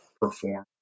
perform